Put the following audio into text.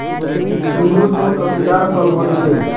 इंगूर छोट रसीदार फल होइ छइ